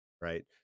right